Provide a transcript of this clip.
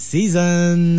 Season